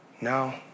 Now